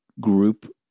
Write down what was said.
group